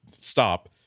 stop